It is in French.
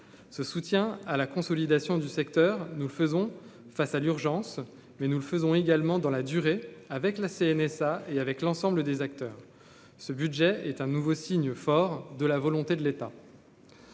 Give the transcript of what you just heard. ce soutien à la consolidation du secteur, nous le faisons face à l'urgence, mais nous le faisons également dans la durée avec la CNSA et avec l'ensemble des acteurs, ce budget est un nouveau signe fort de la volonté de l'État.